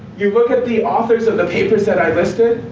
you look at the authors of the papers that i've listed,